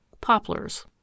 Poplars